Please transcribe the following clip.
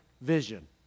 vision